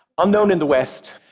unknown in the west,